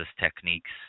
techniques